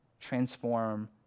transform